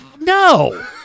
No